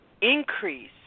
increase